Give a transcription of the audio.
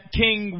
king